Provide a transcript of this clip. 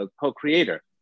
co-creator